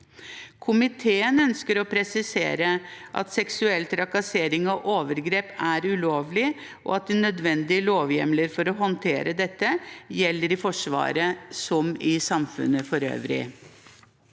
Komiteen ønsker å presisere at seksuell trakassering og overgrep er ulovlig, og at de nødvendige lovhjemler for å håndtere dette gjelder i Forsvaret som i samfunnet for øvrig.